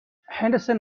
henderson